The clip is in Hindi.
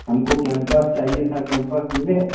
हमको कैंपस चाहिए था कैंपस मिले